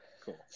Cool